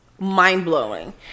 mind-blowing